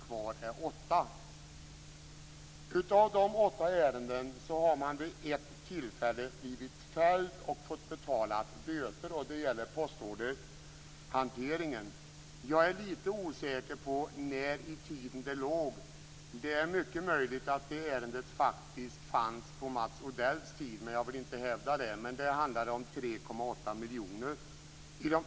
Kvar är 8 ärenden. Av de 8 ärendena har man vid ett tillfälle blivit fälld och fått betala böter. Det gäller då postorderhanteringen. Jag är litet osäker på var i tiden detta låg. Det är mycket möjligt att det ärendet fanns på Mats Odells tid. Jag hävdar dock inte det. Det handlar här om 3,8 miljoner kronor.